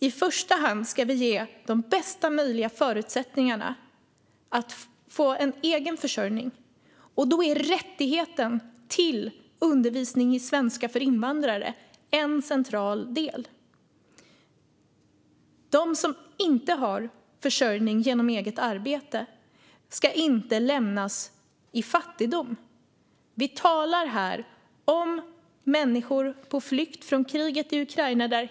I första hand ska vi ge dem bästa möjliga förutsättningar att få en egen försörjning, och då är rättigheten till undervisning i svenska för invandrare en central del. De som inte har försörjning genom eget arbete ska inte lämnas i fattigdom. Vi talar här om människor på flykt från kriget i Ukraina.